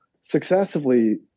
successively